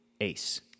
Ace